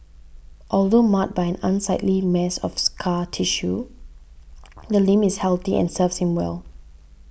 although marred by unsightly mass of scar tissue the limb is healthy and serves him well